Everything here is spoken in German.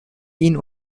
ihnen